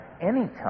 anytime